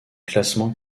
classement